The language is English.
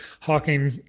hawking